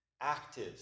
active